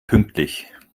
pünktlich